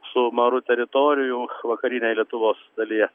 su maru teritorijų vakarinėj lietuvos dalyje